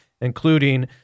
including